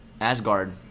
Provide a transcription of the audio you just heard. Asgard